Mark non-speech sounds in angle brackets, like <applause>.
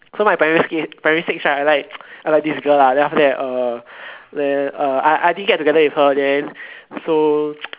so my primary s~ primary six right I like I like this girl lah then after that uh then uh I I didn't get together with her then so <noise>